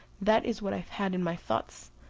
that is what i had in my thoughts,